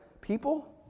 people